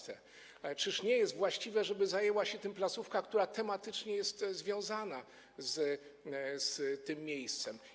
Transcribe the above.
Czyż nie jest właściwe, żeby zajęła się tym placówka, która tematycznie jest związana z tym miejscem?